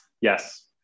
Yes